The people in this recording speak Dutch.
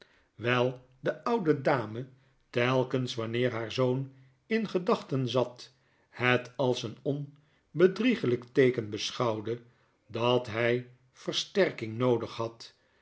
wijl de oude dame telkens wanneer haar zoon in gedachten zat het als een onbedriegelijk teeken beschouwde dathij versterkingnoodig had